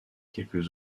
quelques